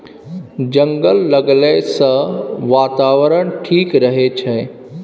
जंगल लगैला सँ बातावरण ठीक रहै छै